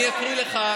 אני אקריא לך,